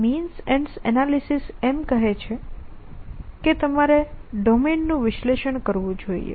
means ends analysis એમ કહે છે કે તમારે ડૂ માઇનનું વિશ્લેષણ કરવું જોઈએ